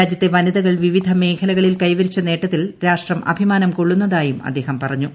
രാജ്യത്തെ വനിതകൾ വിവിധ മേഖ്ലകളിൽ കൈവരിച്ച നേട്ടത്തിൽ രാഷ്ട്രം അഭിമാനം ക്ടൊള്ളുന്നതായും അദ്ദേഹം പറഞ്ഞു